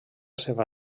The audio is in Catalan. seva